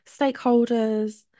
stakeholders